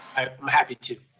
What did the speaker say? i'm happy to.